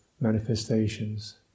manifestations